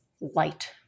light